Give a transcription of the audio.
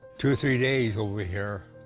two, three days over here.